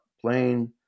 playing